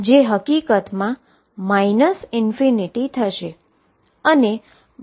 જે હકીકતમાં ∞ થશે